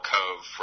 Cove